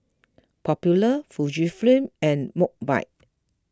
Popular Fujifilm and Mobike